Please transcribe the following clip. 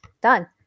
done